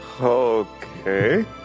Okay